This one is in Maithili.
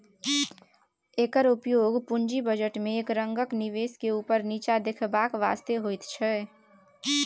एकर उपयोग पूंजी बजट में एक रंगक निवेश के ऊपर नीचा देखेबाक वास्ते होइत छै